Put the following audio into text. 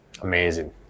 Amazing